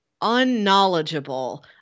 unknowledgeable